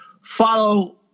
follow